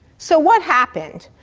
so what happened?